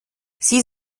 sie